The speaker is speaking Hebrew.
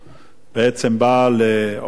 בעצם באה לעודד